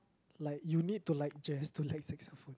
like you need to like Jazz to like saxophone